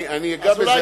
אני אגע בזה.